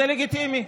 זה לגיטימי.